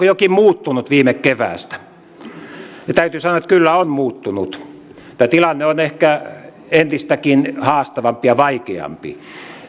jokin muuttunut viime keväästä täytyy sanoa että kyllä on muuttunut tämä tilanne on ehkä entistäkin haastavampi ja vaikeampi